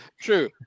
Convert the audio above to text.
True